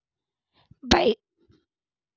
बैंकरो के बोनस लै लेली कि करै पड़ै छै?